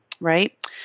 Right